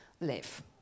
live